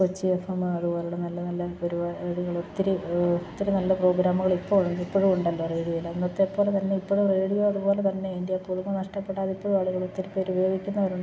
Kochi F M അതു പോലെയുള്ള നല്ല നല്ല പരിപാടികളൊത്തിരി ഒത്തിരി നല്ല പ്രോഗ്രാമുകളിപ്പോൾ ഉള്ളത് ഇപ്പോഴും ഉണ്ടല്ലോ റേഡിയോയിൽ അന്നത്തെ പോലെ തന്നെ ഇപ്പോഴും റേഡിയോ അതു പോലെ തന്നെ അതിൻ്റെ ആ പുതുമ നഷ്ടപ്പെടാതിപ്പോഴും ആളുകളൊത്തിരി പേര് ഉപയോഗിക്കുന്നവരുണ്ട്